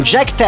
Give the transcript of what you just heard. Jack